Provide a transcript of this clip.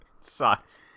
Sucks